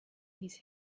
his